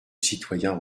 citoyen